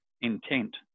intent